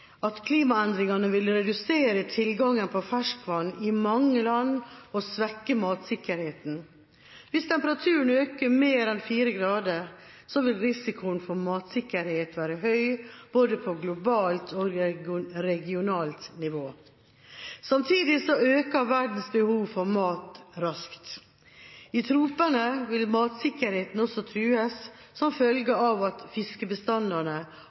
at klimaendringene vil redusere tilgangen på ferskvann i mange land og svekke matsikkerheten. Hvis temperaturen øker mer enn 4 grader, vil risikoen for matsikkerhet være høy både på globalt og regionalt nivå. Samtidig øker verdens behov for mat raskt. I tropene vil matsikkerheten også trues som følge av at fiskebestandene